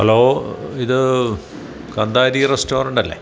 hello ഇത് കാന്താരി റസ്റ്റോറൻ്റല്ലേ